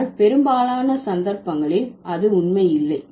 ஆனால் பெரும்பாலான சந்தர்ப்பங்களில் அது உண்மை இல்லை